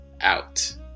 Out